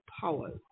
power